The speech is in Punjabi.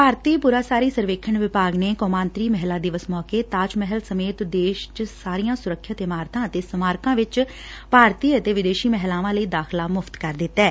ਭਾਰਤੀ ਪੁਰਾਸਾਰੀ ਸਰਵੇਖਣ ਵਿਭਾਗ ਨੇ ਕੌਮਾਂਤਰੀ ਮਹਿਲਾ ਦਿਵਸ ਮੌਕੇ ਤਾਜ ਮਹਿਲ ਸਮੇਤ ਦੇਸ਼ ਚ ਸਾਰੀਆਂ ਸੁਰੱਖਿਅਤ ਇਮਾਰਤਾਂ ਅਤੇ ਸਮਾਰਕਾਂ ਵਿਚ ਭਾਰਤੀ ਅਤੇ ਵਿਦੇਸ਼ੀ ਮਹਿਲਾਵਾਂ ਲਈ ਦਾਖਲਾ ਮੁਫ਼ਤ ਕਰ ਦਿੱਤੈ